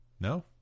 No